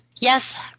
Yes